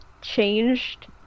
changed